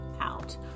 out